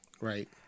right